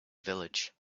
village